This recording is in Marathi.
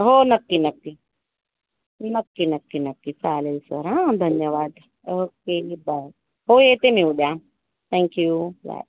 हो नक्की नक्की नक्की नक्की नक्की चालेल सर हां धन्यवाद ओके बाय हो येते मी उद्या थँक्यू बाय